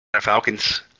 Falcons